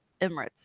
emirates